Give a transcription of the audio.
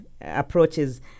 approaches